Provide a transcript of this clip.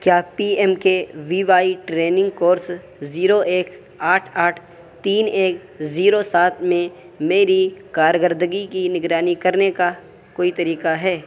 کیا P M K V Y training course zero ایک آٹھ آٹھ تین ایک زیرو سات میں میری کارکردگی کی نگرانی کرنے کا کوئی طریقہ ہے